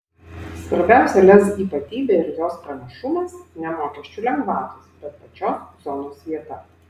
svarbiausia lez ypatybė ir jos pranašumas ne mokesčių lengvatos bet pačios zonos vieta